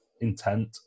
intent